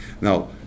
Now